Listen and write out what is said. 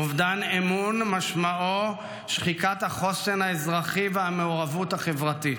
אובדן אמון משמעו שחיקת החוסן האזרחי והמעורבות החברתית.